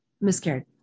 miscarried